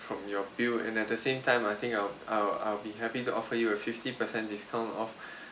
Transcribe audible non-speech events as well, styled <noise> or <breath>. from your bill and at the same time I think I'll I'll I'll be happy to offer you a fifty percent discount off <breath>